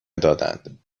دادند